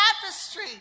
tapestry